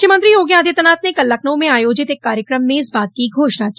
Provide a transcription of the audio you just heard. मुख्यमंत्री योगी आदित्यनाथ ने कल लखनऊ में आयोजित एक कार्यक्रम में इस बात की घोषणा की